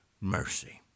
Mercy